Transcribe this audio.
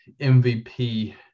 MVP